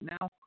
now